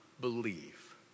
believe